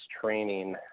training